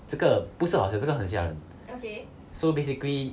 这个不是好笑这个很吓人 so basically